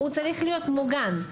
צריך להיות מוגן.